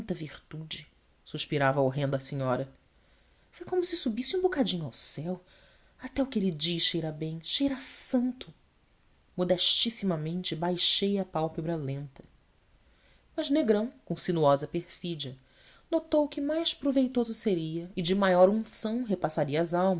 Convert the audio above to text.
muita virtude suspirava a horrenda senhora foi como se subisse um bocadinho ao céu até o que ele diz cheira bem cheira a santo modestissimamente baixei a pálpebra lenta mas negrão com sinuosa perfídia notou que mais proveitoso seria e de maior unção repassar as